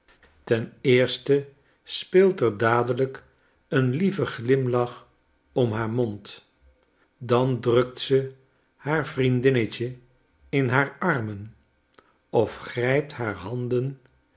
ten eerste speelt er dadelijk eenlieveglimlach om haar mond dan drukt ze haar vriendinnetje in haar armen of grijpt haar handen